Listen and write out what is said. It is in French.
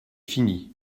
fini